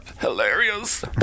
hilarious